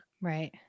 Right